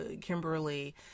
Kimberly